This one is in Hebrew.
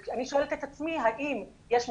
אני שואלת את עצמי האם יש מקרים,